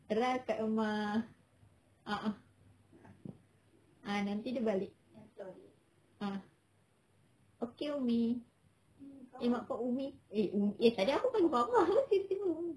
ras kat rumah a'ah ah nanti dia balik ah okay umi eh mak kau umi tadi aku panggil baba eh tiba-tiba umi